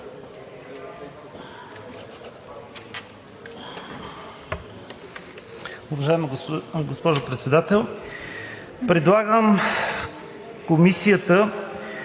Уважаема госпожо Председател! Предлагам Комисията